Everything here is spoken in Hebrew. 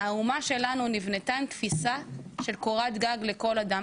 האומה שלנו נבנתה עם תפיסה של קורת גג לכל אדם.